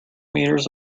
meters